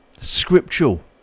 Scriptural